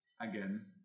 Again